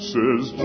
Says